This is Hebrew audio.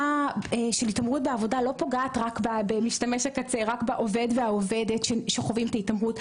שהתעמרות בעבודה לא פוגעת רק בעובד ובעובדת שחווים את ההתעמרות,